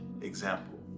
example